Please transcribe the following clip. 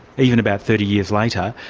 even about thirty years later,